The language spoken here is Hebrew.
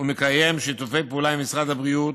ומקיים שיתופי פעולה עם משרד הבריאות,